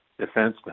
defensemen